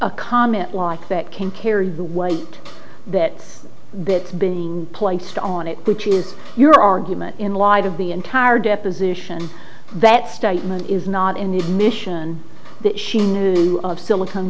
a comment like that can carry the weight that bit been placed on it which is your argument in light of the entire deposition that statement is not in the admission that she knew of silicone